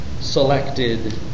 selected